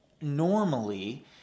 normally